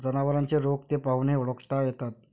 जनावरांचे रोग ते पाहूनही ओळखता येतात